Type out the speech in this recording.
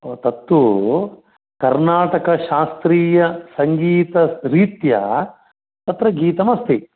भो तत्तु कर्णाटकशास्त्रीयसङ्गीतरीत्या तत्र गीतमस्ति